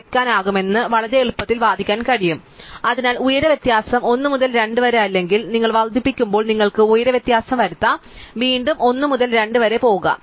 കുറയ്ക്കാനാകുമെന്ന് വളരെ എളുപ്പത്തിൽ വാദിക്കാൻ കഴിയും അതിനാൽ ഉയരം വ്യത്യാസം 1 മുതൽ 2 വരെ അല്ലെങ്കിൽ നിങ്ങൾ വർദ്ധിക്കുമ്പോൾ നിങ്ങൾക്ക് ഉയരം വ്യത്യാസം വരുത്താം വീണ്ടും 1 മുതൽ 2 വരെ പോകുക